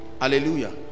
Hallelujah